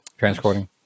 transcoding